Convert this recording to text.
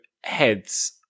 heads